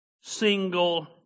Single